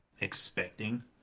expecting